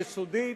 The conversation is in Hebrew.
יסודית,